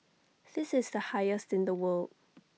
this is the highest in the world